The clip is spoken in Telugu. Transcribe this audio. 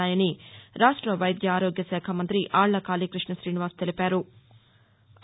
ఉన్నాయని రాష్ట్ర వైద్య ఆరోగ్య శాఖ మంత్రి ఆళ్ల కాళీకృష్ణ శ్రీనివాస్ తెలిపారు